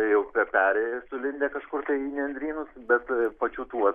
jau per peri sulindę kažkur tai į nendrynus bet pačių tų